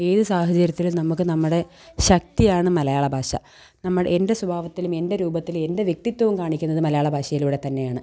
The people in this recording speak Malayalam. ഏത് സാഹചര്യത്തിലും നമുക്ക് നമ്മുടെ ശക്തിയാണ് മലയാള ഭാഷ നമ്മൾ എൻ്റെ സ്വഭാവത്തിലും എൻ്റെ രൂപത്തിലും എൻ്റെ വ്യക്തിത്വവും കാണിക്കുന്നത് മലയാള ഭാഷയിലൂടെത്തന്നെയാണ്